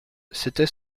c’était